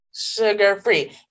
sugar-free